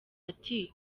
ati